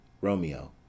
Romeo